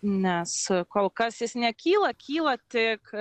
nes kol kas jis nekyla kyla tik